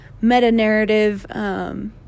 meta-narrative